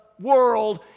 world